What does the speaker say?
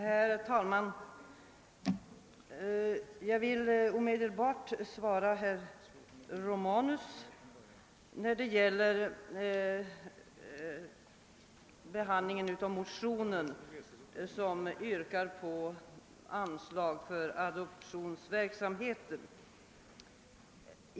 Herr talman! Jag vill omedelbart ge herr Romanus ett svar beträffande behandlingen av motionen om anslag till Föreningen Adoptionscentrum.